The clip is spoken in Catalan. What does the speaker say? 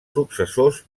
successors